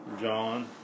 John